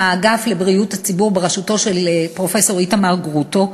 עם האגף לבריאות הציבור בראשותו של פרופסור איתמר גרוטו,